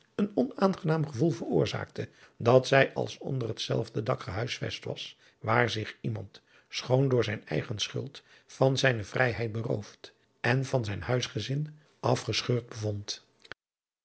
een onaangenaam gevoel veroorzaakte dat zij als onder hetzelfde dak gehuisvest was waar zich iemand schoon door zijn eigen schuld van zijne vrijheid beroofd en van zijn huisgezin afgescheurd bevond